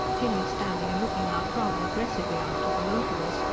jinny standing and looking out rather aggressively after the loiterers,